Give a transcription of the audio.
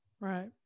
Right